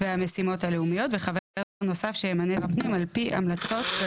והמשימות הלאומיות וחבר נוסף שימנה שר הפנים על פי המלצות של